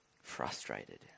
frustrated